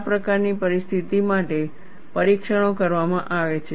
આ પ્રકારની પરિસ્થિતિઓ માટે પરીક્ષણો કરવામાં આવે છે